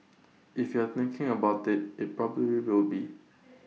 if you're thinking about IT it probably will be